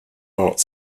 are